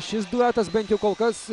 šis duetas bent jau kol kas